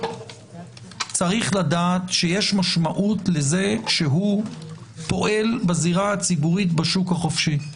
צריך לדעת שיש משמעות לזה שהוא פועל בזירה הציבורית בשוק החופשי.